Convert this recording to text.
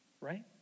right